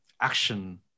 action